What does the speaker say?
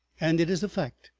and it is a fact,